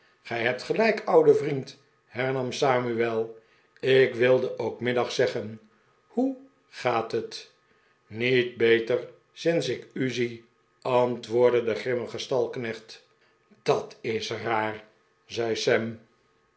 grj hebt gelijk oude vriend hernam samuel ik wilde ook middag zeggen hoe gaat het niet beter seder t ik u zie antwoordde de grimmige stalknecht dat is raar zei sam